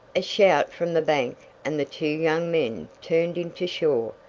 a shout from the bank, and the two young men turned into shore.